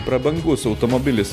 prabangus automobilis